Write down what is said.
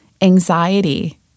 anxiety